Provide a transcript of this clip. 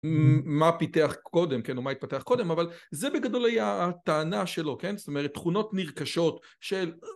מה פיתח קודם כן או מה התפתח קודם אבל זה בגדול היה הטענה שלו כן זאת אומרת תכונות נרכשות של